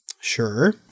sure